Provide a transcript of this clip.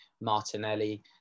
Martinelli